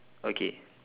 okay